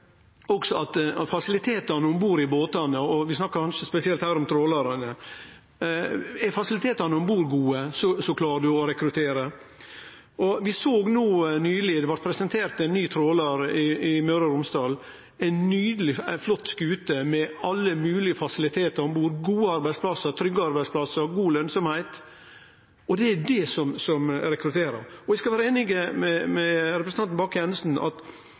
også at om fasilitetane om bord i båtane – vi snakkar kanskje spesielt her om trålarane – er gode, så klarar ein å rekruttere. Vi såg no nyleg det blei presentert ein ny trålar i Møre og Romsdal, ei nydeleg, flott skute med alle moglege fasilitetar om bord, gode arbeidsplassar, trygge arbeidsplassar og god lønsemd. Det er det som rekrutterer. Eg skal vere einig med representanten Bakke-Jensen i at